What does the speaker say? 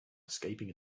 escaping